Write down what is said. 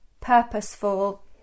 purposeful